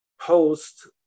post